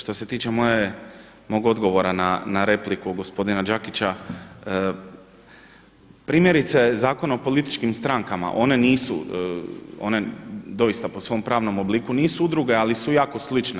Što se tiče mog odgovora na repliku gospodina Đakića primjerice Zakon o političkim strankama one nisu, one doista po svom pravnom obliku nisu udruge, ali su jako slične.